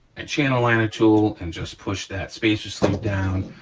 a channel liner tool and just push that spacer sleeve down.